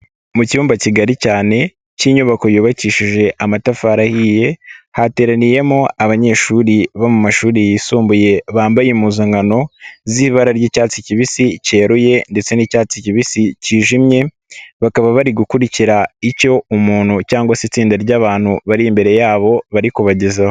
Mu cyumba kigari cyane cy'inyubako yubakishije amatafarihiye, hateraniyemo abanyeshuri bo mu mashuri yisumbuye, bambaye impuzankano z'ibara ry'icyatsi kibisi cyeruye ndetse n'icyatsi kibisi kijimye, bakaba bari gukurikira icyo umuntu cyangwa se itsinda ry'abantu bari imbere yabo bari kubagezaho.